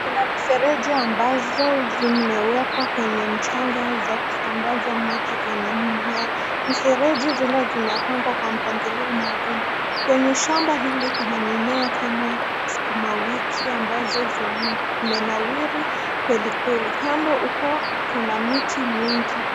Kuna mifereji ambazo zimewekwa kwenye mchanga za kusambaza maji kwenye mmea. Mifereji zile zimepangwa kwa mpangilio maalum. Kwenye shamba hili kuna mimea kama sukula wiki ambazo zimenawiri kweli kweli. Kando huko kuna miti mingi.